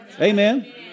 Amen